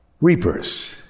reapers